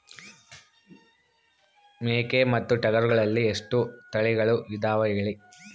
ಮೇಕೆ ಮತ್ತು ಟಗರುಗಳಲ್ಲಿ ಎಷ್ಟು ತಳಿಗಳು ಇದಾವ ಹೇಳಿ?